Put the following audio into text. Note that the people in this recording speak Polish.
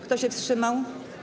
Kto się wstrzymał?